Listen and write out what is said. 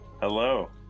Hello